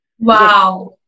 Wow